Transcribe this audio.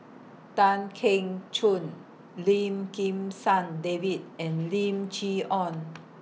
Tan Keong Choon Lim Kim San David and Lim Chee Onn